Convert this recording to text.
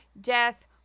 death